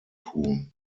tun